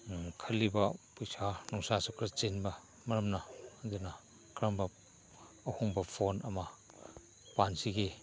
ꯈꯜꯂꯤꯕ ꯄꯩꯁꯥ ꯅꯨꯡꯁꯥꯁꯨ ꯈꯔ ꯆꯤꯟꯕ ꯃꯔꯝꯅ ꯑꯗꯨꯅ ꯀꯔꯝꯕ ꯑꯍꯣꯡꯕ ꯐꯣꯟ ꯑꯃ ꯄꯥꯟꯁꯤꯒꯦ